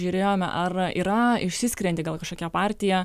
žiūrėjome ar yra išsiskirianti gal kažkokia partija